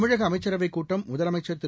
தமிழக அமைச்சரவைக் கூட்டம் முதலமைச்சர் திரு